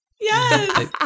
Yes